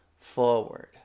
forward